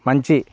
మంచి